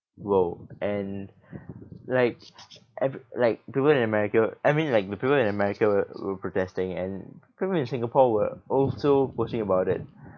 !whoa! and like every like people in america I mean like the people in america were were protesting and people in singapore were also posting about it